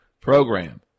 Program